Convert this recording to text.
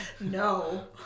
no